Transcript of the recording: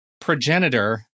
progenitor